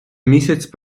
місяць